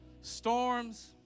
storms